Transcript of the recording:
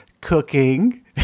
cooking